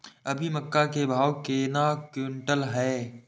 अभी मक्का के भाव केना क्विंटल हय?